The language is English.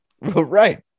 Right